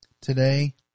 today